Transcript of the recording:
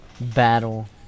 battle